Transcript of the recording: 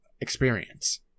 experience